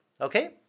Okay